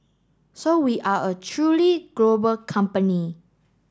so we are a truly global company